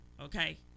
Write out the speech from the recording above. Okay